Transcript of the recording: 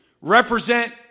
represent